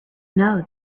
know